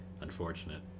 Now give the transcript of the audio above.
Unfortunate